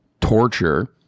torture